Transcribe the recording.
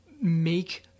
Make